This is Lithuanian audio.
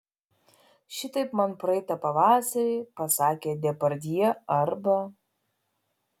šitaip man praeitą pavasarį pasakė depardjė arba